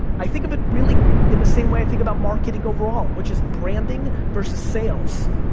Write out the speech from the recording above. i think of it, really, in the same way i think about marketing overall, which is branding versus sales.